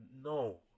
no